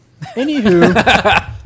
Anywho